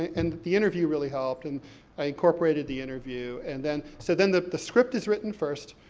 and the interview really helped, and i incorporated the interview, and then. so then the the script is written first,